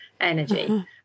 energy